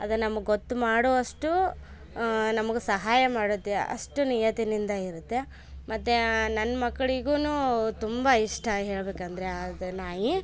ಅದು ನಮ್ಗೆ ಗೊತ್ತು ಮಾಡುವಷ್ಟು ನಮ್ಗೆ ಸಹಾಯ ಮಾಡುತ್ತೆ ಅಷ್ಟು ನಿಯತ್ತಿನಿಂದ ಇರುತ್ತೆ ಮತ್ತೆ ನನ್ನ ಮಕ್ಳಿಗೂ ತುಂಬ ಇಷ್ಟ ಹೇಳಬೇಕಂದ್ರೆ ಅದು ನಾಯಿ